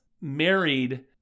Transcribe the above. married